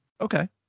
Okay